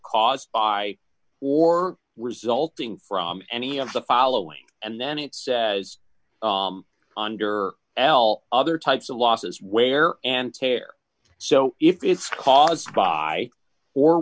caused by or resulting from any of the following and then it says under al other types of losses wear and tear so if it's caused by